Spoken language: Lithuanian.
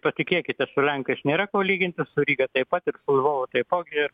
patikėkite su lenkais nėra ko lyginti su ryga taip pat ir su lvovu taipogi ir